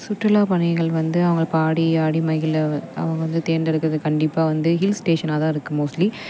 சுற்றுலாப்பயணிகள் வந்து அவங்க பாடி ஆடி மகிழ அவங்க வந்து தேர்ந்தெடுக்கிறது கண்டிப்பாக வந்து ஹில்ஸ் ஸ்டேஷனாக தான் இருக்கும் மோஸ்ட்லி